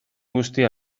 guztia